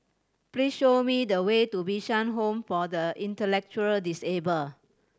please show me the way to Bishan Home for the Intellectually Disabled